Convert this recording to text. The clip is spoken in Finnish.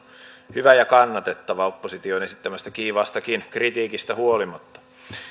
hyvä ja kannatettava opposition esittämästä kiivaastakin kritiikistä huolimatta